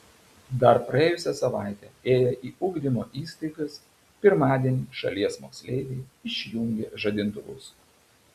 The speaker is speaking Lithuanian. dar praėjusią savaitę ėję į ugdymo įstaigas pirmadienį šalies moksleiviai išjungė žadintuvus